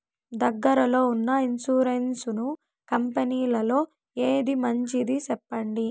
దగ్గర లో ఉన్న ఇన్సూరెన్సు కంపెనీలలో ఏది మంచిది? సెప్పండి?